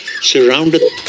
surrounded